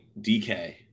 DK